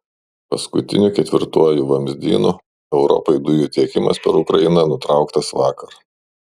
paskutiniu ketvirtuoju vamzdynu europai dujų tiekimas per ukrainą nutrauktas vakar